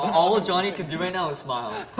all johnny can do right now is smile.